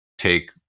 Take